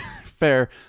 Fair